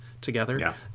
together